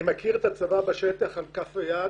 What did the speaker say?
אני מכיר את הצבא בשטח על כף היד,